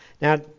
Now